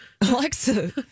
Alexa